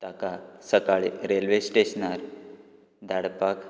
ताका सकाळीं रेल्वे स्टेशनार धाडपाक